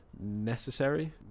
necessary